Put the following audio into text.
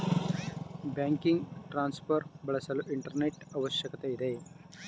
banking transfer ಬಳಸಲು internet ಅವಶ್ಯಕತೆ ಇದೆ